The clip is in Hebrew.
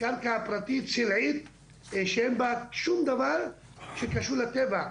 קרקע פרטית סלעית שאין בה שום דבר שקשור לטבע,